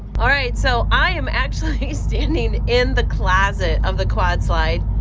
all right, so i am actually standing in the closet of the quad slide.